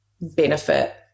benefit